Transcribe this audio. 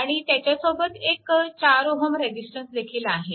आणि त्याच्या सोबत एक 4Ω रेजिस्टन्सदेखील आहे